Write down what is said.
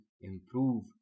improve